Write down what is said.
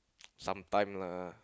sometime lah